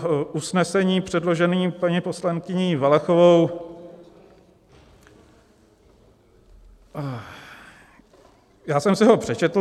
K usnesení předloženém paní poslankyní Valachovou : já jsem si ho přečetl.